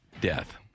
death